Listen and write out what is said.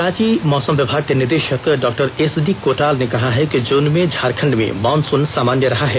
रांची मौसम विभाग के निदेशक डॉ एसडी कोटाल ने कहा कि जून में झारखंड में मॉनसून सामान्य रहा है